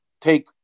take